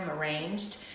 arranged